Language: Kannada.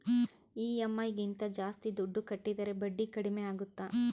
ಇ.ಎಮ್.ಐ ಗಿಂತ ಜಾಸ್ತಿ ದುಡ್ಡು ಕಟ್ಟಿದರೆ ಬಡ್ಡಿ ಕಡಿಮೆ ಆಗುತ್ತಾ?